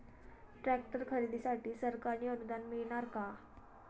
Tractor खरेदीसाठी सरकारी अनुदान मिळणार का?